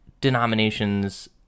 denominations